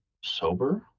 sober